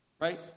Right